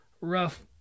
rough